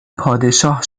پادشاه